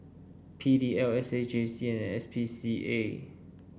P D L S A J C and S P C A